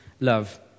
love